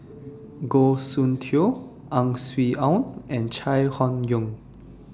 Goh Soon Tioe Ang Swee Aun and Chai Hon Yoong